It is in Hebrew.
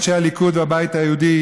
אנשי הליכוד והבית היהודי,